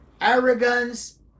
arrogance